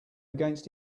against